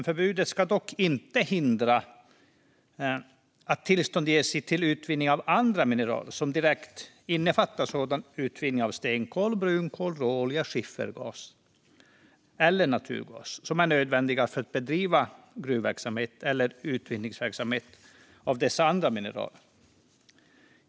Förbudet ska dock inte hindra att tillstånd ges till utvinning av andra mineral som indirekt innefattar sådan utvinning av stenkol, brunkol, råolja, skiffergas eller naturgas som är nödvändig för att bedriva gruvverksamhet eller verksamhet för utvinning av dessa andra mineral.